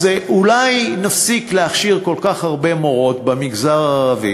אז אולי נפסיק להכשיר כל כך הרבה מורות במגזר הערבי,